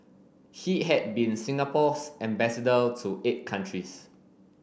he had been Singapore's ambassador to eight countries